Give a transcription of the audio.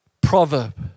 proverb